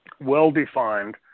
well-defined